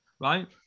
right